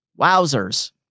Wowzers